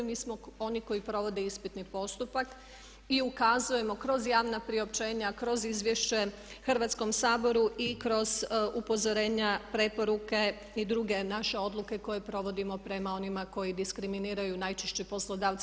Mi smo oni koji provode ispitni postupak i ukazujemo kroz javna priopćenja, kroz izvješće Hrvatskom saboru i kroz upozorenja, preporuke i druge naše odluke koje provodimo prema onima koji diskriminiraju, najčešće poslodavci.